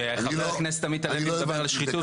כשחבר הכנסת עמית הלוי מדבר על השחיתות